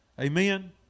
Amen